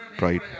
right